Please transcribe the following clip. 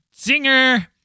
Zinger